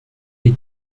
est